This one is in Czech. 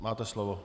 Máte slovo.